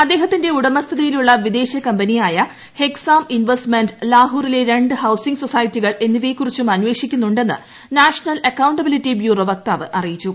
അദ്ദേഹ്മത്തിന്റെ ഉടമസ്ഥതയിലുള്ള വിദേശ കമ്പനിയായ ഹെക്സാം ക്ക്ക് ഇൻവെസ്റ്റ്മെന്റ് ലാഹോറിലെ രണ്ടു ഹൌസിംഗ് സ്സ്ട്രൈസറ്റികൾ എന്നിവയെക്കുറിച്ചും അന്വേഷിക്കുന്നുണ്ടെന്ന് നാഷണൽ അക്കൌണ്ടബിലിറ്റി ബ്യൂറോ വക്താവ് അറിയിച്ചു